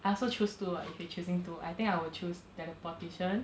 I also choose two ah if you choosing two I think I will choose teleportation